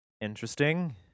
interesting